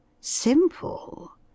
Simple